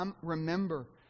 remember